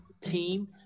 team